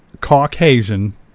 Caucasian